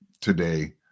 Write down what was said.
today